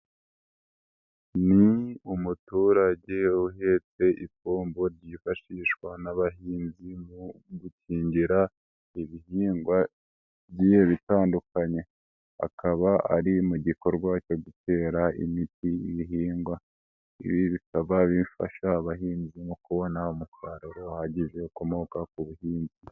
Ni umuturage uhetse ipombo ryifashishwa n'abahinzi, mu gukingira ibihingwa bigiye bitandukanye, akaba ari mu gikorwa cyo gutera imiti ibihingwa. Ibi bikaba bifasha abahinzi mu kubona umusaruro uhagije ukomoka ku buhinzi.